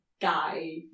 guy